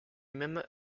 même